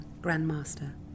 Grandmaster